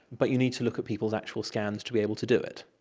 but you need to look at people's actual scans to be able to do it.